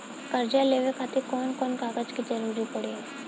कर्जा लेवे खातिर कौन कौन कागज के जरूरी पड़ी?